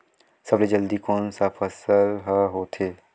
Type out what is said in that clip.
सबले जल्दी कोन सा फसल ह होथे?